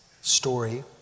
story